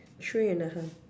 three and a half